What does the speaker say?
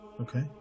Okay